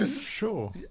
sure